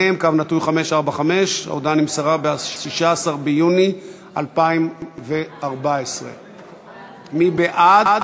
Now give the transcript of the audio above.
מ/545, ההודעה נמסרה ב-16 ביוני 2014. מי בעד?